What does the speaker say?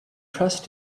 trust